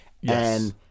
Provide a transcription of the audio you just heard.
Yes